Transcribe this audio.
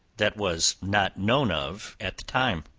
that was not known of at the time.